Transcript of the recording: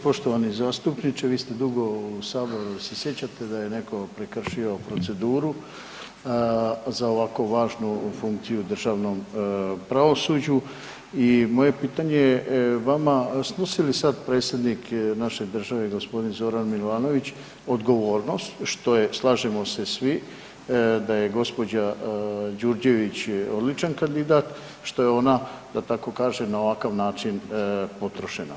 Poštovani zastupniče vi ste dugo u saboru jel se sjećate da je netko prekršio proceduru za ovako važnu funkciju u državnom pravosuđu i moje pitanje vama, snosi li sad predsjednik naše države, g. Zoran Milanović odgovornost, što je, slažemo se svi, da je gđa. Đurđević odličan kandidat, što je ona, da tako kažem, na ovakav način potrošena.